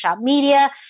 media